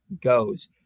goes